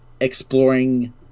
exploring